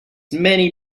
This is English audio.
many